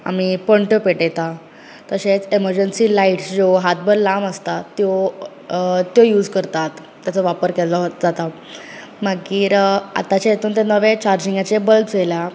आमी पणट्यो पेटयता तशेंच इमर्जन्सी लायटस ज्यो हातभर लांब आसतात त्यों अ अ त्यो युज करतात ताचो वापर केल्लो जाता मागीर अ आताच्या हेतुन ते नवें चार्जींगेचे बल्बज येल्या